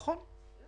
נכון.